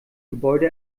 gebäude